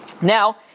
Now